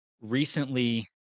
recently